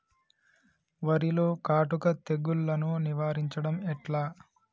వరిలో కాటుక తెగుళ్లను నివారించడం ఎట్లా?